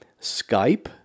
Skype